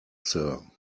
sir